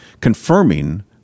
confirming